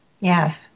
yes